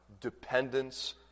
dependence